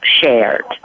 shared